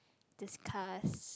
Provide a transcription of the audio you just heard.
discuss